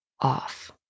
off